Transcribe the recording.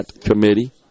committee